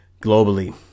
globally